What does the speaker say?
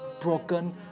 broken